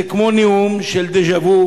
זה כמו נאום של דז'ה-וו,